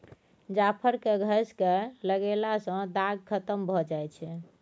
जाफर केँ घसि कय लगएला सँ दाग खतम भए जाई छै